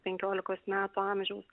penkiolikos metų amžiaus